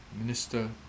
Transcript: minister